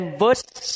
verse